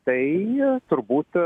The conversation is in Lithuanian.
tai turbūt